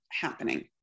happening